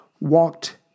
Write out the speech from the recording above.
walked